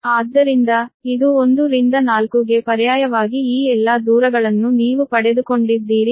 ಆದ್ದರಿಂದ ಇದು 1 ರಿಂದ 4 ಗೆ ಪರ್ಯಾಯವಾಗಿ ಈ ಎಲ್ಲಾ ಡಿಸ್ಟೆನ್ಸ್ ಗಳನ್ನು ನೀವು ಪಡೆದುಕೊಂಡಿದ್ದೀರಿ ಅದು 12